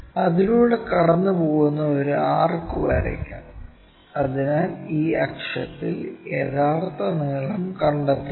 അതിലൂടെ കടന്നുപോകുന്ന ഒരു ആർക്ക് വരയ്ക്കാം അതിനാൽ ഈ അക്ഷത്തിൽ യഥാർത്ഥ നീളം കണ്ടെത്തുക